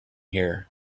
here